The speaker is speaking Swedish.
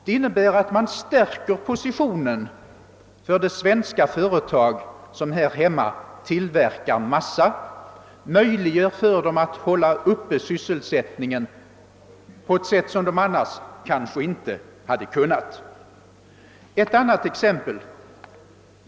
Det innebär att man stärker positionen för de svenska företag som här hemma tillverkar massa och möjliggör för dem att upprätthålla sysselsättningen på ett sätt som annars kanska inte hade varit möjligt. Låt mig anföra ett annat exempel!